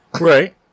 right